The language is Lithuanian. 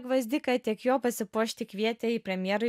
gvazdiką tiek jo pasipuošti kvietė į premjerui